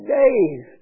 days